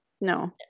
no